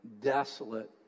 desolate